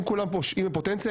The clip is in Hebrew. הם כולם פושעים בפוטנציה,